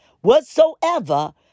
whatsoever